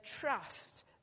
trust